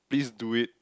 please do it